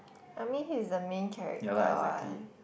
I mean he is the main character what